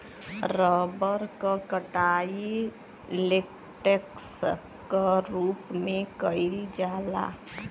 rubber क कटाई latex क रूप में कइल जाला